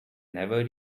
never